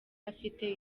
afite